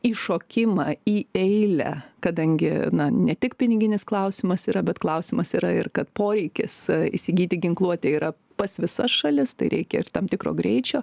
įšokimą į eilę kadangi na ne tik piniginis klausimas yra bet klausimas yra ir kad poreikis įsigyti ginkluotę yra pas visas šalis tai reikia ir tam tikro greičio